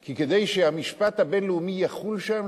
כי כדי שהמשפט הבין-לאומי יחול שם,